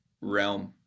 realm